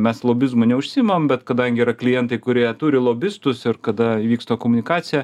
mes lobizmu neužsiimam bet kadangi yra klientai kurie turi lobistus ir kada įvyksta komunikacija